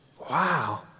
Wow